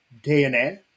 DNA